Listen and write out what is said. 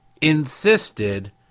insisted